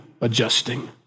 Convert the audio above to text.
adjusting